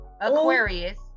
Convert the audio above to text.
Aquarius